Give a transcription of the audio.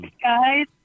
guys